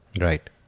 Right